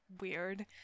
weird